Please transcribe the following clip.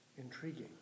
Intriguing